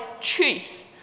truth